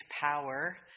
power